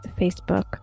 Facebook